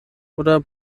oder